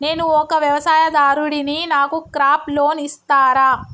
నేను ఒక వ్యవసాయదారుడిని నాకు క్రాప్ లోన్ ఇస్తారా?